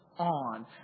on